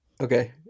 Okay